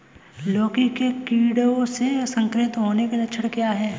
लौकी के कीड़ों से संक्रमित होने के लक्षण क्या हैं?